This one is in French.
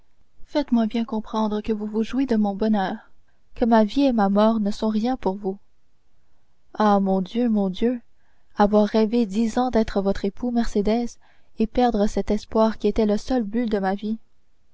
faites-moi bien comprendre que vous vous jouez de mon bonheur que ma vie et ma mort ne sont rien pour vous ah mon dieu mon dieu avoir rêvé dix ans d'être votre époux mercédès et perdre cet espoir qui était le seul but de ma vie